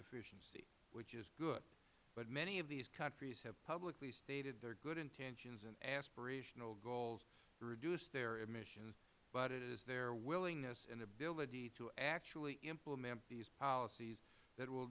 efficiency which is good but many of these countries have publicly stated their good intentions and aspirational goals to reduce their emissions but it is their willingness and ability to actually implement these policies that will